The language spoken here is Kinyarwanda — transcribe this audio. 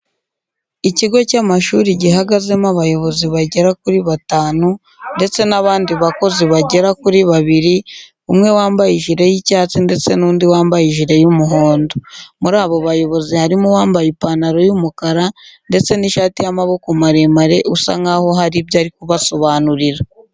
Ikigo cy'amashuri gihagazemo abayobozi bagera kuri batanu ndetse n'abandi bakozi bagera kuri babiri, umwe wambaye ijire y'icyatsi ndetse n'undi wambaye ijire y'umuhondo. Muri abo bayobozi harimo uwambaye ipantaro y'umukara ndetse n'ishati y'amaboko maremare, usa nkaho hari ibyo ari kubasobanurira.